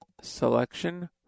selection